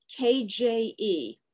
KJE